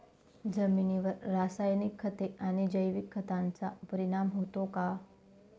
जमिनीवर रासायनिक खते आणि जैविक खतांचा परिणाम होतो का?